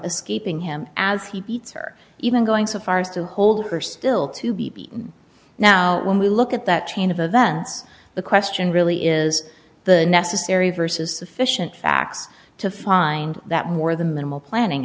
escaping him as he beats her even going so far as to hold her still to be beaten now when we look at that chain of events the question really is the necessary versus sufficient facts to find that more than minimal planning